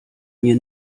mir